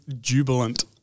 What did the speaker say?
jubilant